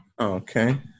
Okay